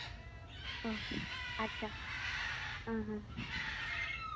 ᱚ ᱟᱪᱪᱷᱟ ᱦᱮᱸ ᱦᱮᱸ